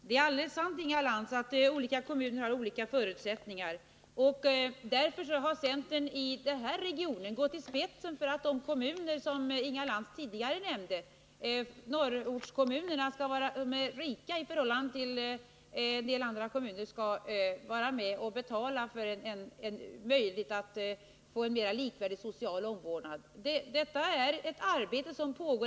Herr talman! Det är alldeles sant, Inga Lantz, att kommunerna har olika förutsättningar. Därför har centern i denna region gått i spetsen för att de kommuner som Inga Lantz tidigare nämnde — norrortskommunerna, som är rika i förhållande till andra kommuner — skall vara med och betala för en mer likvärdig social omvårdnad. Detta är ett arbete som pågår.